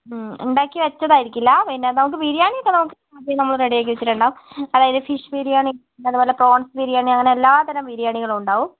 ഉണ്ടാക്കി വെച്ചതായിരിക്കില്ല പിന്നെ നമുക്ക് ബിരിയാണി ഒക്കെ നമുക്ക് നമ്മൾ റെഡി ആക്കി വെച്ചിട്ടുണ്ടാവും അതായത് ഫിഷ് ബിരിയാണി അതേപോലെ പ്രോൺസ് ബിരിയാണി അങ്ങനെ എല്ലാത്തരം ബിരിയാണികളും ഉണ്ടാവും